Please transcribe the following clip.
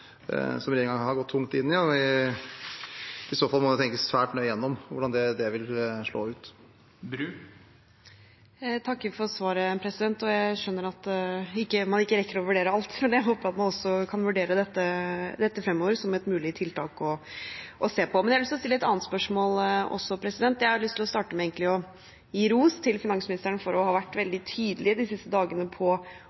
har gått tungt inn i. I så fall må det tenkes svært nøye igjennom hvordan det vil slå ut. Jeg takker for svaret. Jeg skjønner at man ikke rekker å vurdere alt, men jeg håper at man også kan vurdere dette fremover som et mulig tiltak å se på. Men jeg har lyst til å stille et annet spørsmål også. Jeg har lyst til å starte med å gi ros til finansministeren for å ha vært